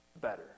better